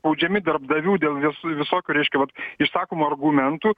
spaudžiami darbdavių dėl visokių reiškia vat išsakomų argumentų